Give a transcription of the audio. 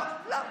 לא, לא,